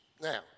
Now